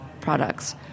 products